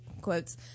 quotes